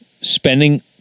Spending